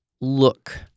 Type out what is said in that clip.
look